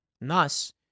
Thus